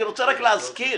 אני רוצה רק להזכיר,